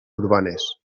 urbanes